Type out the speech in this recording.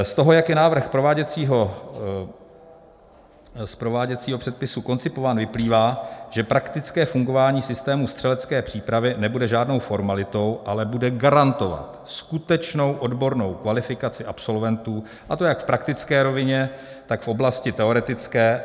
Z toho, jak je návrh z prováděcího předpisu koncipován, vyplývá, že praktické fungování systému střelecké přípravy nebude žádnou formalitou, ale bude garantovat skutečnou odbornou kvalifikaci absolventů, a to jak v praktické rovině, tak v oblasti teoretické.